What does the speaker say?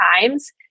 times